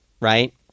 right